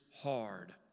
hard